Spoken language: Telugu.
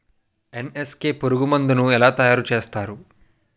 ఎన్.ఎస్.కె పురుగు మందు ను ఎలా తయారు చేస్తారు?